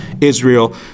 Israel